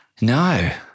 No